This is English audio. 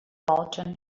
bolton